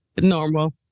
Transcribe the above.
Normal